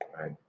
Right